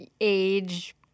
age